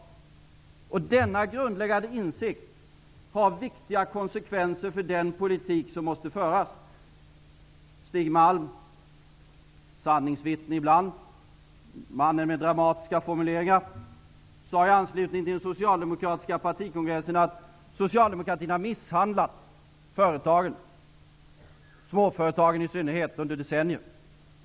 Denna grundläggande insikt har viktiga konsekvenser för den politik som måste föras. Stig Malm, sanningsvittne ibland, mannen med dramatiska formuleringar, sade i anslutning till den socialdemokratiska partikongressen att socialdemokratin har misshandlat företagen, i synnerhet småföretagen, under decennier.